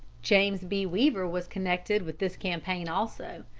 james b. weaver was connected with this campaign also.